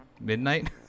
midnight